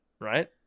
right